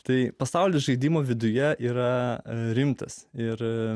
tai pasaulis žaidimo viduje yra rimtas ir